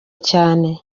cyane